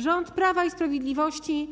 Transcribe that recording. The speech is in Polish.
Rząd Prawa i Sprawiedliwości